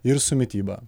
ir su mityba